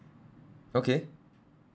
okay